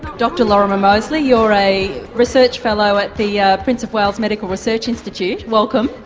dr lorimer moseley, you're a research fellow at the yeah prince of wales medical research institute welcome.